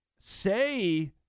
Say